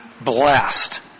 blessed